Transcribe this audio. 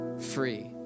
free